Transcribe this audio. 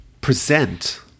present